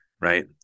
right